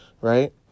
right